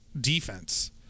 defense